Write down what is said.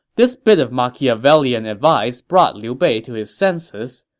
this bit of machiavellian advice brought liu bei to his senses.